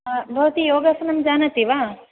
भवती योगासनं जानाति वा